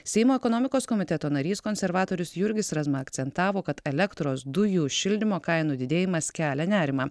seimo ekonomikos komiteto narys konservatorius jurgis razma akcentavo kad elektros dujų šildymo kainų didėjimas kelia nerimą